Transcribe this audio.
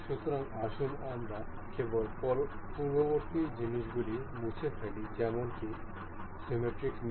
সুতরাং আসুন আমরা কেবল পূর্ববর্তী জিনিসগুলি মুছে ফেলি যেমন কি সিমিট্রিক মেট